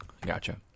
Gotcha